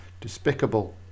despicable